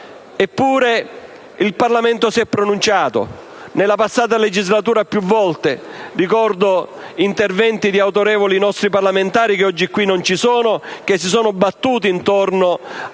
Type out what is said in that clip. Eppure, il Parlamento si è pronunciato nella passata legislatura più volte: ricordo interventi di autorevoli nostri parlamentari, che oggi non siedono più in Aula e che si sono battuti intorno alla